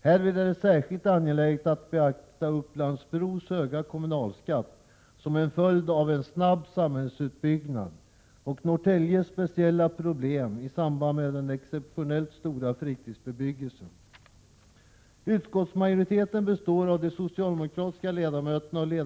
Härvid är det särskilt angeläget att beakta Upplands Bros höga kommunalskatt, som är en följd av en snabb samhällsutbyggnad, och Norrtäljes speciella problem i samband med den exceptionellt stora fritidsbebyggelsen.